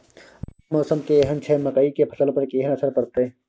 आय मौसम केहन छै मकई के फसल पर केहन असर परतै?